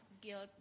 guilt